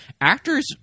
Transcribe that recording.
actors